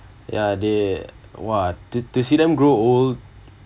ya they !wah! t~ to see them grow old